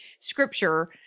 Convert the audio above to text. scripture